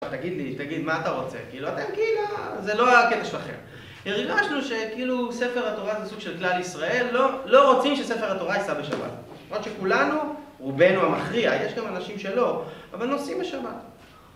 תגיד לי, תגיד, מה אתה רוצה? כאילו, אתם כאילו, זה לא הקטע שלכם. הרגשנו שכאילו ספר התורה זה סוג של כלל ישראל, לא רוצים שספר התורה ייסע בשבת. למרות שכולנו, רובנו המכריע, יש גם אנשים שלא, אבל נוסעים בשבת.